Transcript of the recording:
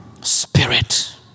Spirit